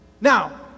Now